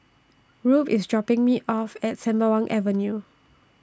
Rube IS dropping Me off At Sembawang Avenue